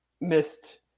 missed